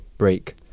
Break